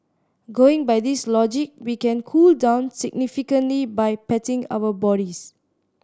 going by this logic we can cool down significantly by patting our bodies